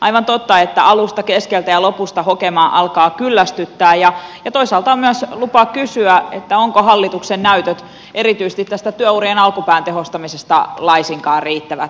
aivan totta että alusta keskeltä ja lopusta hokema alkaa kyllästyttää ja toisaalta on myös lupa kysyä ovatko hallituksen näytöt erityisesti tästä työurien alkupään tehostamisesta laisinkaan riittävät